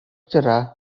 cerah